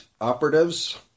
operatives